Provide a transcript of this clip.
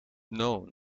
known